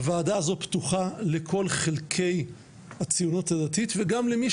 הוועדה הזו פתוחה לכל חלקי הציונות הדתית וגם למי